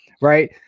Right